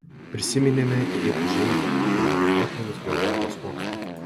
prisiminėme ir žeibą bei jo nuopelnus geologijos mokslui